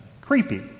creepy